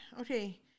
Okay